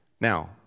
Now